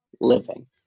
living